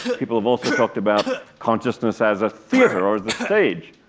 people have also talked about consciousness as a theatre or the stage,